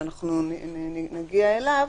שאנחנו נגיע אליו,